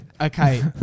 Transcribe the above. Okay